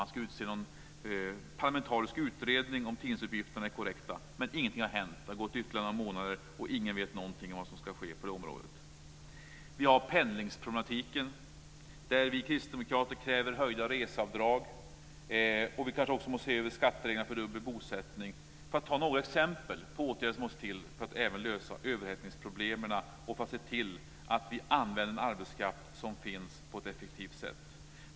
Han ska utse någon parlamentarisk utredning om tidningsuppgifterna är korrekta, men ingenting har hänt. Det har gått ytterligare några månader och ingen vet någonting om vad som ska ske på det området. Vi har pendlingsproblematiken. Vi kristdemokrater kräver höjda reseavdrag. Och vi kanske också måste se över skattereglerna för dubbel bosättning. Det här är några exempel på åtgärder som måste vidtas för att vi ska kunna lösa överhettningsproblemen och för att vi ska kunna se till att vi använder den arbetskraft som finns på ett effektivt sätt.